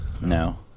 No